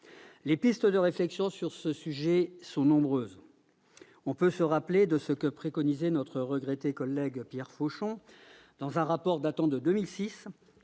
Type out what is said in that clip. Les pistes de réflexion sur ce sujet sont nombreuses. On peut se rappeler de ce que préconisait notre regretté collègue Pierre Fauchon dans un rapport datant de 2006